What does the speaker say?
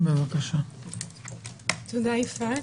תודה יפעת,